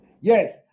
Yes